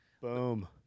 Boom